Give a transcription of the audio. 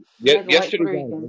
Yesterday